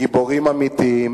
גיבורים אמיתיים